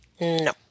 No